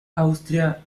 austria